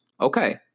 Okay